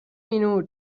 minuts